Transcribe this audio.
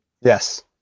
Yes